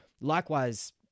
likewise